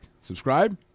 subscribe